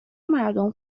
مردم